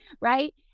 right